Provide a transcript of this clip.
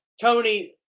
Tony